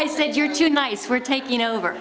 i said you're too nice we're taking over